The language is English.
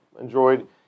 enjoyed